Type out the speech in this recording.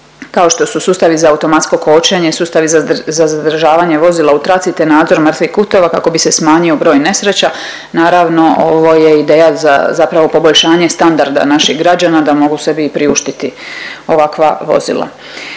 kao što su sustavi za automatsko kočenje, sustavi za zadržavanje vozila u traci te nadzor mrtvih kuteva kako bi se smanjio broj nesreća. Naravno, ovo je ideja za zapravo poboljšanje standarda naših građana da mogu sebi priuštiti ovakva vozila.